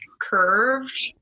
curved